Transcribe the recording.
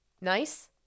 nice